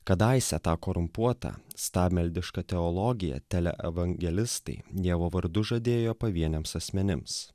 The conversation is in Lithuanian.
kadaise tą korumpuotą stabmeldišką teologiją tele evangelistai dievo vardu žadėjo pavieniams asmenims